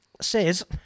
says